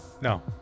No